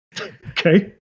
Okay